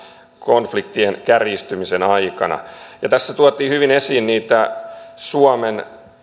konfliktien kärjistymisen aikana tässä tuotiin hyvin esiin niitä suomen